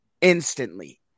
instantly